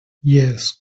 yes